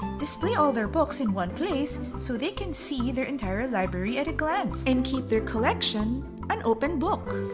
display all their books in one place so they can see their entire library at a glance and keep their collection an open book!